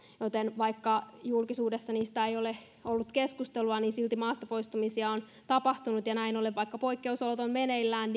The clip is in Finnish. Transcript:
joten vaikka julkisuudessa niistä ei ole ollut keskustelua niin silti maasta poistamisia on tapahtunut näin ollen vaikka poikkeusolot ovat meneillään